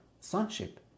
sonship